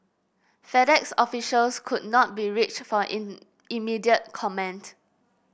FedEx officials could not be reached for immediate comment